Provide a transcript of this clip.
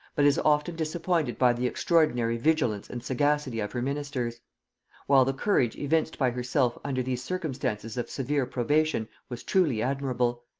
but as often disappointed by the extraordinary vigilance and sagacity of her ministers while the courage evinced by herself under these circumstances of severe probation was truly admirable.